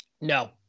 No